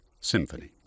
symphony